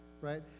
right